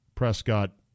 Prescott